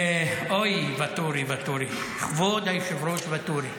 אוי, ואטורי, ואטורי, כבוד היושב-ראש ואטורי.